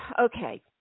Okay